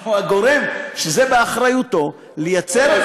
או הגורם שזה באחריותו, לייצר,